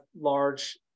large